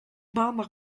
maandag